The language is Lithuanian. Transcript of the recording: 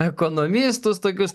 ekonomistus tokius